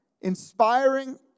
inspiring